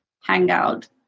hangout